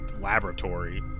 laboratory